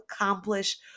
accomplish